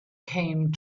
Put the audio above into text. came